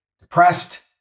depressed